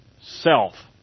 self